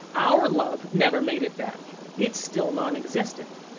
our love never made it back it's still non-existent.